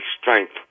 strength